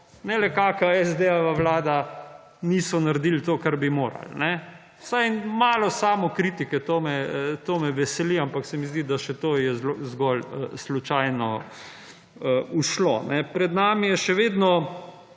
ne le kaka SD vlada niso naredili to, kar bi morali. Vsaj samo malo samokritike to me veseli, ampak še to se mi zdi, da je zgolj slučajno ušlo. Pred nami je še vedno